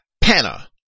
Panna